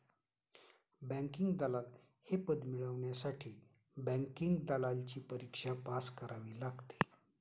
banking दलाल हे पद मिळवण्यासाठी बँकिंग दलालची परीक्षा पास करावी लागते